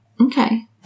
okay